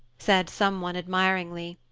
said someone admiringly.